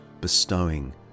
bestowing